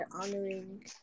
honoring